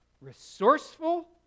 resourceful